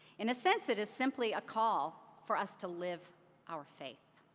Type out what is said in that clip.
in a sense, it is simply a call for us to live our faith.